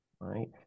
right